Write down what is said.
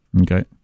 Okay